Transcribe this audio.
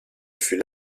fût